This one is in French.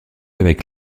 avec